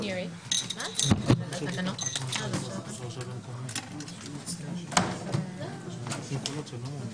הישיבה ננעלה בשעה 13:58.